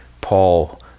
Paul